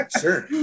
sure